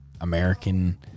american